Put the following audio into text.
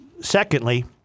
Secondly